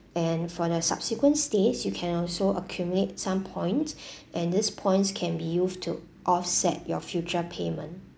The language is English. and for the subsequent stays you can also accumulate some point and this points can be used to offset your future payment